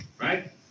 Right